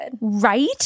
Right